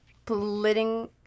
splitting